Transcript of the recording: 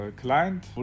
client